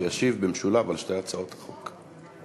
שישיב במשולב על שתי הצעות החוק.